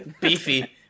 beefy